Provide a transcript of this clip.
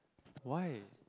why